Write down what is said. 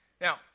Now